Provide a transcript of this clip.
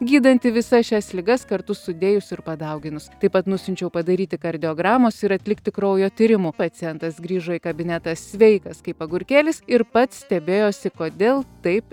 gydantį visas šias ligas kartu sudėjus ir padauginus taip pat nusiunčiau padaryti kardiogramos ir atlikti kraujo tyrimų pacientas grįžo į kabinetą sveikas kaip agurkėlis ir pats stebėjosi kodėl taip